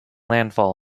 landfall